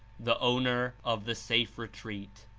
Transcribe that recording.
the owner of the safe retreat.